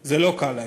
וזה לא קל.